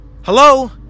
Hello